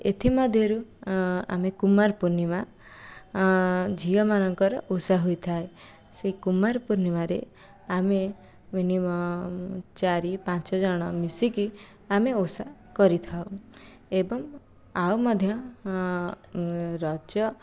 ଏଥି ମଧ୍ୟରୁ ଆମେ କୁମାର ପୂର୍ଣ୍ଣିମା ଝିଅମାନଙ୍କର ଓଷା ହୋଇଥାଏ ସେହି କୁମାର ପୂର୍ଣ୍ଣିମାରେ ଆମେ ମିନିମମ୍ ଚାରି ପାଞ୍ଚ ଜଣ ମିଶିକି ଆମେ ଓଷା କରିଥାଉ ଏବଂ ଆଉ ମଧ୍ୟ ରଜ